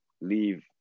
leave